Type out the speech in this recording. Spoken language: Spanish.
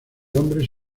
hombres